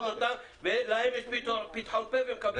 אותם ולהם יש פתחון פה והם מקבלים במה.